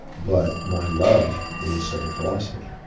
but my love is studying philosophy,